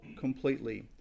completely